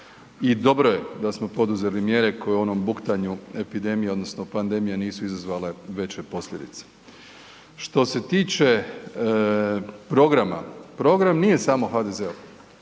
I dobro je da smo poduzeli mjere koje je u onom buktanju epidemije odnosno pandemije nisu izazvale veće posljedice. Što se tiče programa, program nije samo HDZ-ov,